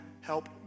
help